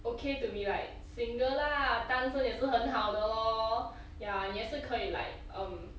okay to be like single lah 单身也是很好的 lor ya 也是可以 like um